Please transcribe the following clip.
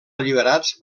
alliberats